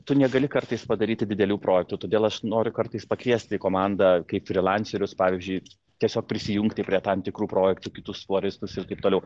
tu negali kartais padaryti didelių projektų todėl aš noriu kartais pakviesti į komandą kaip frilancerius pavyzdžiui tiesiog prisijungti prie tam tikrų projektų kitus floristus ir taip toliau